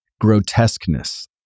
grotesqueness